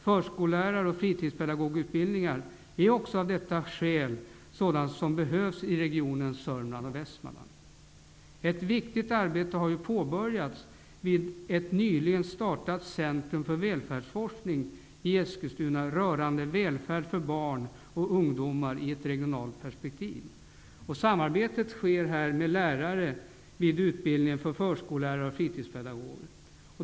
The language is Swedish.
Förskollärar och fritidspedagogutbildningar behövs också av detta skäl i regionen Ett viktigt arbete har påbörjats vid ett nyligen startat centrum för välfärdsforskning i Eskilstuna rörande välfärd för barn och ungdomar i ett regionalt perspektiv. Samarbete sker med lärare vid utbildningen för förskollärare och fritidspedagoger.